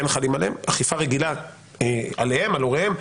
אכיפה רגילה חלה עליהם או על הוריהם.